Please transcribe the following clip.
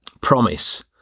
promise